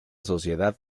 sociedad